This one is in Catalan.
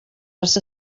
arts